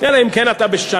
אלא אם כן אתה בשנה,